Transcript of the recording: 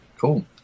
cool